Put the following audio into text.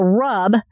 rub